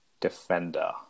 defender